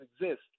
exist